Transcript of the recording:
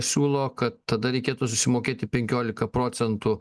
siūlo kad tada reikėtų susimokėti penkiolika procentų